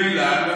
נווה אילן,